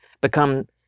become